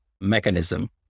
mechanism